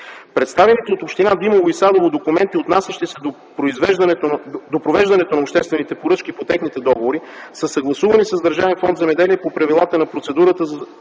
Представените от община Димово и Садово документи, отнасящи се до провеждането на обществените поръчки по техните договори, са съгласувани с Държавен фонд „Земеделие” по правилата на процедурата за